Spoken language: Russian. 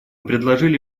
предложили